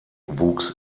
wuchs